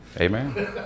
Amen